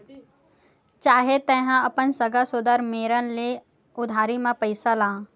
चाहे तेंहा अपन सगा सोदर मेरन ले उधारी म पइसा ला